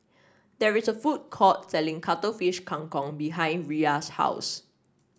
there is a food court selling Cuttlefish Kang Kong behind Riya's house